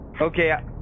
Okay